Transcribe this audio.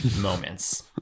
moments